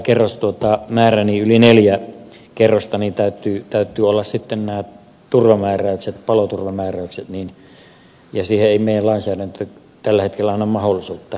onkohan se kerrosmäärä yli neljä kerrosta jolloin täytyy olla paloturvamääräykset ja siihen ei meidän lainsäädäntömme tällä hetkellä anna mahdollisuutta